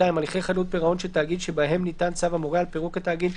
(2)הליכי חדלות פירעון של תאגיד שבהם ניתן צו המורה על פירוק התאגיד,